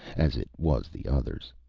as it was the others.